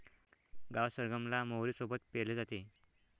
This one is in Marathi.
गावात सरगम ला मोहरी सोबत पेरले जाते